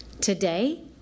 Today